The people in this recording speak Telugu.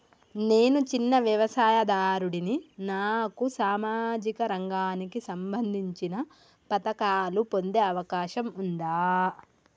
నేను చిన్న వ్యవసాయదారుడిని నాకు సామాజిక రంగానికి సంబంధించిన పథకాలు పొందే అవకాశం ఉందా?